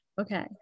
okay